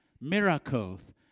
miracles